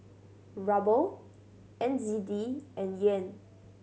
Ruble N Z D and Yen